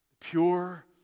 Pure